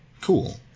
Cool